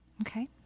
Okay